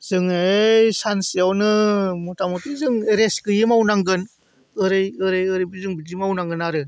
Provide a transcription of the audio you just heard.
जोङो ओइ सानसेयावनो मथामथि जों रेस्ट गैयि मावनांगोन ओरै ओरै ओरै जों बिदि मावनांगोन आरो